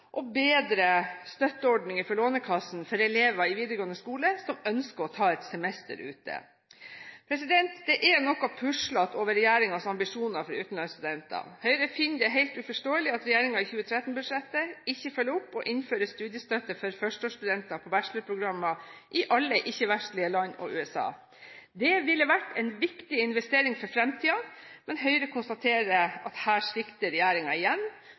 bedre støtteordninger fra Lånekassen for elever i videregående skole som ønsker å ta et semester ute. Det er noe puslete over regjeringens ambisjoner for utenlandsstudenter. Høyre finner det helt uforståelig at regjeringen i 2013-budsjettet ikke følger opp og innfører studiestøtte for førsteårsstudenter på bachelorprogrammer i alle ikke-vestlige land og USA. Det ville vært en viktig investering for fremtiden, men Høyre konstaterer at her svikter regjeringen igjen